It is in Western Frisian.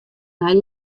nij